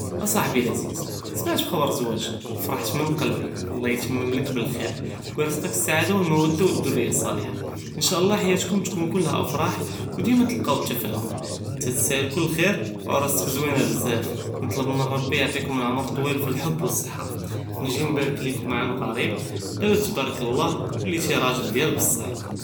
אצחבי אלעזיז, סמעתי בחבר זואגק, פארחת מן קלבי, אללה יתממלכ בלקייר, ו ירזק אסאעדה ו אלמודה ו אצאריה אסאלאחה, אינשאאללה חיאתכום תכון כולהא אפרח ו דימה תלקאוו אלתפאהום, אנט תסתהל כל כייר ו ראסכ זוינה בזאף, נטלב מן רבי יעטיכום מן אלעמר תויל פי אלחב ו אססה, נג'י נברכ לכום עלא קריב, דבא תברכ אללה, ולטי ראג'ל דיאל בסח.